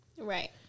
Right